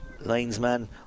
Linesman